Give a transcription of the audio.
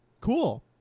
Cool